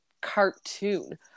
cartoon